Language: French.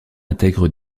intègre